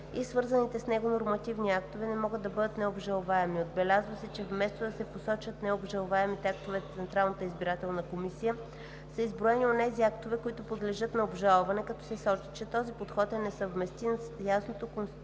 и свързаните с него нормативни актове, не могат да бъдат необжалваеми. Отбелязва се, че вместо да се посочат необжалваемите актове на Централната избирателна комисия, са изброени онези актове, които подлежат на обжалване, като се сочи, че този подход е несъвместим с ясното конституционно